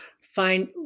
find